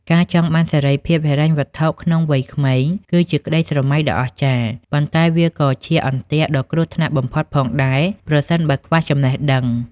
ការចង់បានសេរីភាពហិរញ្ញវត្ថុក្នុងវ័យក្មេង គឺជាក្តីស្រមៃដ៏អស្ចារ្យ ប៉ុន្តែវាក៏ជាអន្ទាក់ដ៏គ្រោះថ្នាក់បំផុតផងដែរ ប្រសិនបើខ្វះចំណេះដឹង។